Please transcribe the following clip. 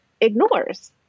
ignores